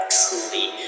truly